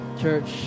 church